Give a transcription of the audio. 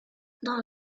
dans